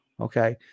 Okay